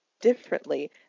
differently